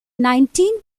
nineteen